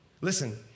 Listen